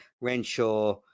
Renshaw